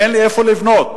אין לי איפה לבנות,